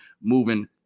moving